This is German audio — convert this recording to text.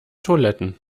toiletten